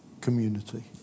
community